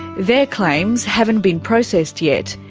their claims haven't been processed yet,